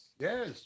Yes